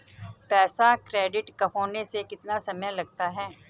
पैसा क्रेडिट होने में कितना समय लगता है?